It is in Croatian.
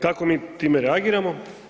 Tako mi time reagiramo.